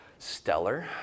Stellar